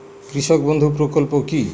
কৃষক বন্ধু প্রকল্প কি?